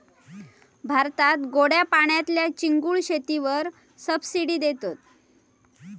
भारतात गोड्या पाण्यातल्या चिंगूळ शेतीवर सबसिडी देतत